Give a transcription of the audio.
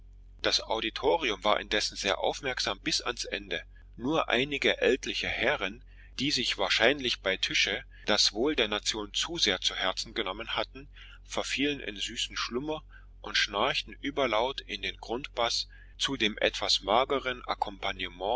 das auditorium war indessen sehr aufmerksam bis ans ende nur einige ältliche herren die sich wahrscheinlich bei tische das wohl der nation zu sehr zu herzen genommen hatten verfielen in süßen schlummer und schnarchten überlaut den grundbaß zu dem etwas mageren